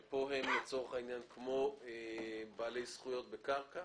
שפה הם כמו בעלי זכויות בקרקע.